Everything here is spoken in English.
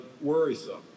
worrisome